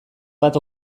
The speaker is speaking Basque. bat